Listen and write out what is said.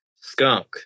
skunk